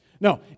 No